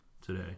today